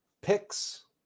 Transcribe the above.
picks